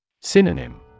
Synonym